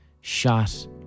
shot